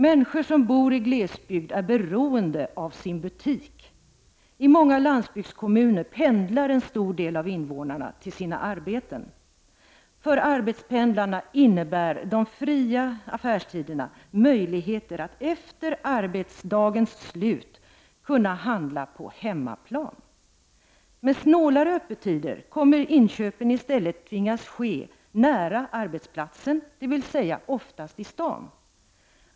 Människor som bor i glesbygd är beroende av sin butik. I många landsbygdskommuner pendlar en stor del av invånarna till sina arbeten. För arbetspendlarna innebär de fria affärstiderna möjligheter att efter arbetsdagens slut handla på hemmaplan. Med snålare öppettider kommer inköpen i stället att tvingas ske nära arbetsplatsen, dvs. oftast i staden.